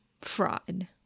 fraud